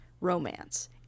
romance